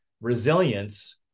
resilience